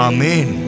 Amen